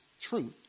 truth